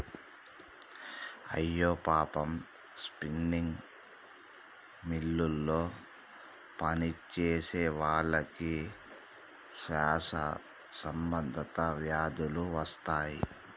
అయ్యో పాపం స్పిన్నింగ్ మిల్లులో పనిచేసేవాళ్ళకి శ్వాస సంబంధ వ్యాధులు వస్తాయి